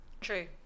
True